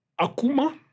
akuma